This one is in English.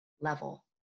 level